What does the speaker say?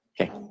Okay